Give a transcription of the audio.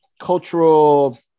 cultural